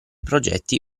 progetti